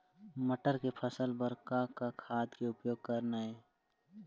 मटर के फसल बर का का खाद के उपयोग करना ये?